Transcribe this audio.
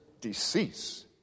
decease